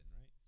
right